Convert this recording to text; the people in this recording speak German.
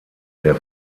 der